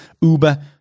Uber